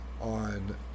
on